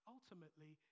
Ultimately